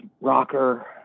rocker